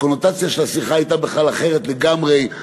והקונוטציה של השיחה הייתה בכלל אחרת לגמרי,